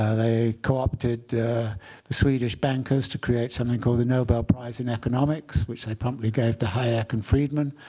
ah they co-opted the swedish bankers to create something called the nobel prize in economics, which they promptly gave to hayek and friedman.